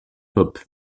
pope